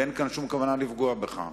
ואין כאן שום כוונה לפגוע בך.